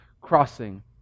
crossing